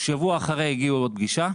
שבוע אחרי הגיעו לעוד פגישה,